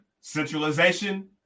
centralization